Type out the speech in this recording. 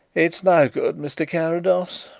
it's no good, mr. carrados,